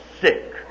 sick